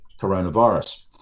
coronavirus